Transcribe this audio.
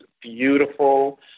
beautiful